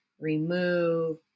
remove